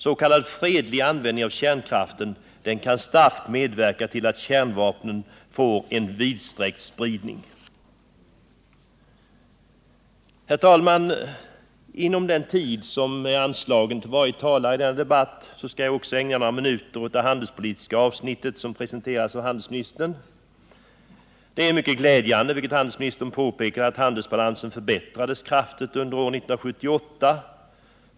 S. k. fredlig användning av kärnkraft kan starkt medverka till att kärnvapnen får en vidsträckt spridning. Herr talman! Inom den tid som är anslagen till varje talare i denna debatt skall jag också ägna några minuter åt det handelspolitiska avsnittet, som presenterats av handelsministern. Det är ju mycket glädjande, vilket handelsministern påpekade, att handelsbalansen förbättrades kraftigt under år 1978.